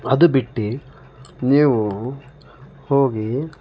ಅದು ಬಿಟ್ಟು ನೀವು ಹೋಗಿ